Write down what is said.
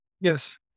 Yes